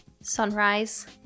sunrise